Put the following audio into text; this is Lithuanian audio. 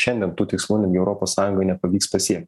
šiandien tų tikslų netgi europos sąjungai nepavyks pasiekt